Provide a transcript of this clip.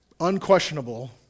unquestionable